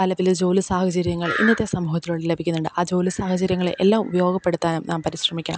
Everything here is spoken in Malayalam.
പല പല ജോലി സാഹചര്യങ്ങൾ ഇന്നത്തെ സമൂഹത്തിലൂടെ ലഭിക്കുന്നുണ്ട് ആ ജോലി സാഹചര്യങ്ങളെ എല്ലാം ഉപയോഗപ്പെടുത്താനും നാം പരിശ്രമിക്കണം